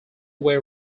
way